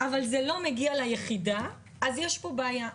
אבל זה לא מגיע ליחידה, יש פה בעיה.